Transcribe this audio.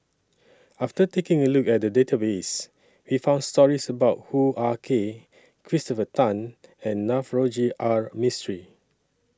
after taking A Look At The Database We found stories about Hoo Ah Kay Christopher Tan and Navroji R Mistri